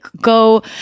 go